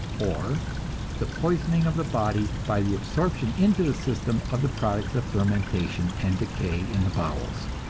or the poisoning of the body by the absorption into the system of the products of fermentation and decay in the bowels.